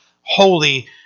holy